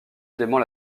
dément